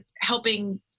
helping